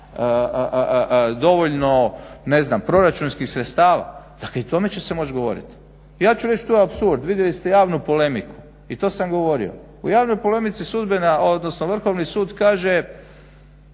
dovoljno proračunskih sredstava, dakle i o tome će se moći govorit. Ja ću reći tu apsurd. Vidjeli ste javnu polemiku i to sam govorio, u javnoj polemici Vrhovni sud kaže,